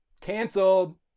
canceled